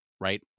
right